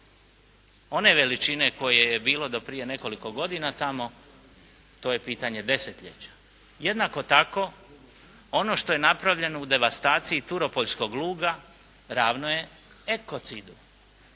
one veličine koje je bilo do prije nekoliko godina tamo. To je pitanje desetljeća. Jednako tako ono što je napravljeno u devastaciji Turopoljskog luga ravno je ekocidu.